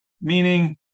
meaning